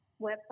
website